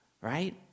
right